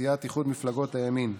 מסיעת איחוד מפלגות הימין,